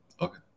Okay